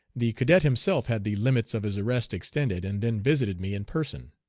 the cadet himself had the limits of his arrest extended and then visited me in person.